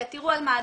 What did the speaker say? תראו על מה הדיווח.